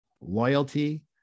loyalty